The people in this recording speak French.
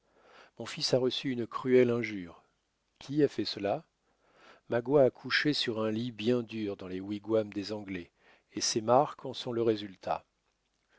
mon fils a reçu une cruelle injure qui a fait cela magua a couché sur un lit bien dur dans les wigwams des anglais et ces marques en sont le résultat